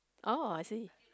oh I see